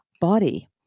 body